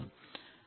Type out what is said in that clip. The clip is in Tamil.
எண் 8